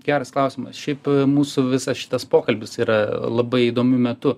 geras klausimas šiaip mūsų visas šitas pokalbis yra labai įdomiu metu